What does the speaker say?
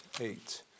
eight